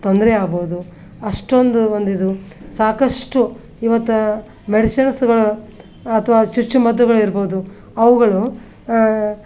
ತೊಂದರೆ ಆಗ್ಬೋದು ಅಷ್ಟೊಂದು ಒಂದು ಇದು ಸಾಕಷ್ಟು ಇವತ್ತು ಮೆಡಿಸಿನ್ಸ್ಗಳು ಅಥವಾ ಚುಚ್ಚುಮದ್ದುಗಳು ಇರ್ಬೋದು ಅವುಗಳು